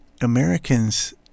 Americans